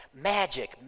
magic